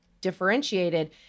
differentiated